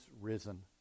risen